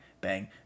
bang